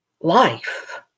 life